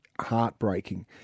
heartbreaking